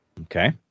Okay